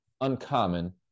uncommon